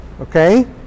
Okay